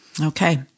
Okay